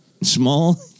Small